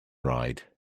ride